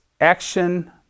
action